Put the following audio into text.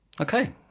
okay